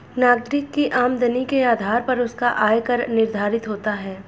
नागरिक की आमदनी के आधार पर उसका आय कर निर्धारित होता है